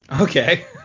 Okay